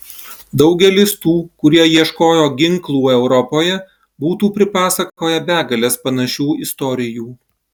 daugelis tų kurie ieškojo ginklų europoje būtų pripasakoję begales panašių istorijų